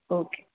okay